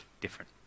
different